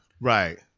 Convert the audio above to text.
Right